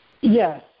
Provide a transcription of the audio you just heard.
Yes